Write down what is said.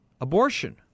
Abortion